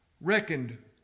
reckoned